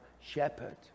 shepherd